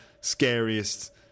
scariest